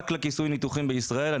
רק לכיסוי ניתוחים בישראל.